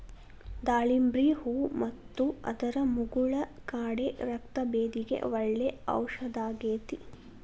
ದಾಳಿಂಬ್ರಿ ಹೂ ಮತ್ತು ಅದರ ಮುಗುಳ ಕಾಡೆ ರಕ್ತಭೇದಿಗೆ ಒಳ್ಳೆ ಔಷದಾಗೇತಿ